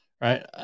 right